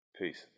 Peace